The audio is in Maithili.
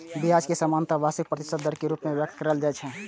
ब्याज कें सामान्यतः वार्षिक प्रतिशत दर के रूप मे व्यक्त कैल जाइ छै